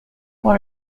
what